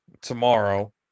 tomorrow